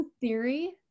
theory